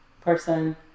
person